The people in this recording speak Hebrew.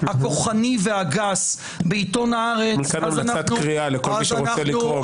הכוחני והגס בעיתון הארץ --- מכאן המלצת קריאה לכל מי שרוצה לקרוא.